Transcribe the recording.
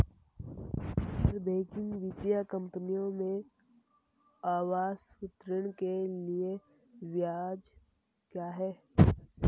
गैर बैंकिंग वित्तीय कंपनियों में आवास ऋण के लिए ब्याज क्या है?